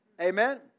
Amen